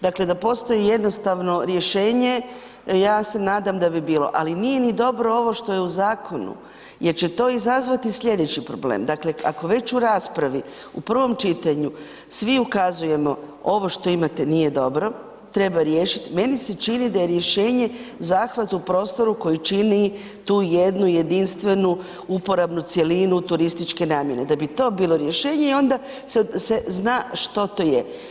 Dakle, da postoji jednostavno rješenje ja se nadam da bi bilo, ali nije ni dobro ovo što je u zakonu jer će to izazvati slijedeći problem, dakle ako već u raspravi u prvom čitanju svi ukazujemo ovo što imate nije dobro, treba riješit, meni se čini da je rješenje zahvat u prostoru koji čini tu jednu jedinstvenu uporabnu cjelinu turističke namjene, da bi to bilo rješenje i onda se, se zna što to je.